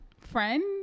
friend